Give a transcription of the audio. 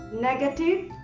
negative